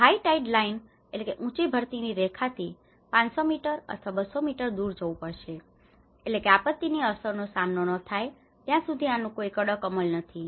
આપણે high tide line tide lineઉચી ભરતીની રેખાથી 5૦૦ મીટર અથવા 200 મીટર દૂર જવું પડશે એટલે કે આપત્તિની અસરનો સામનો ન થાય ત્યાં સુધી આનું કોઈ કડક અમલ નથી